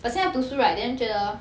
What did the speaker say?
but 现在读书 right then 觉得